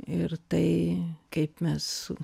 ir tai kaip mes su